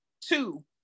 two